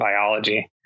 biology